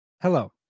Hello